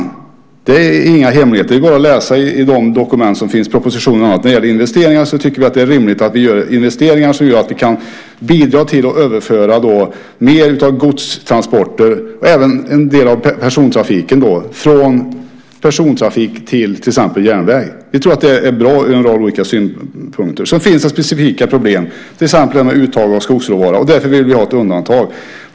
Det är inga hemligheter. Det är bara att läsa i de dokument som finns, propositioner och annat. När det gäller investeringar tycker vi att det är rimligt att vi gör investeringar som kan bidra till att överföra mer av godstransporter, även en del av persontrafiken, från väg till järnväg. Vi tror att det är bra ur en rad olika synpunkter. Det finns specifika problem, till exempel när det gäller uttag av skogsråvara. Därför vill vi ha ett undantag.